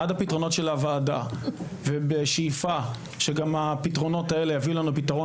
עד הפתרונות של הוועדה ובשאיפה שגם הפתרונות האלה יביאו לפתרון